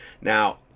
now